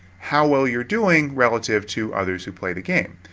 how well you're doing relative to others who play the game?